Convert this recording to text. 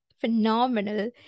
phenomenal